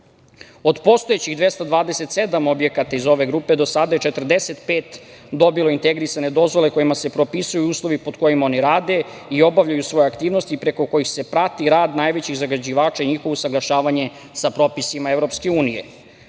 postojećih 227 objekata iz ove grupe do sada je 45 dobilo integrisane dozvole kojima se propisuju uslovi pod kojima oni rade i obavljaju svoje aktivnosti, preko kojih se prati rad najvećih zagađivača i njihovo usaglašavanje sa propisima EU.Kako je